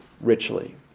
richly